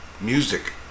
Music